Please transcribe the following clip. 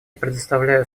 предоставляю